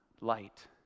light